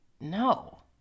no